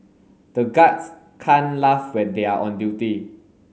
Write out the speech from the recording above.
the guards can't laugh when they are on duty